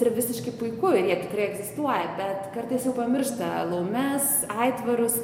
yra visiškai puiku ir jie tikrai egzistuoja bet kartais pamiršta laumes aitvarus